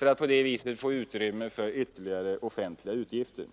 och på det viset få utrymme för ytterligare offentliga utgifter.